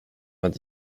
vingt